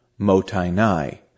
motainai